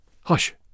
Hush